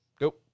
go